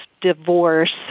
divorce